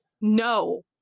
No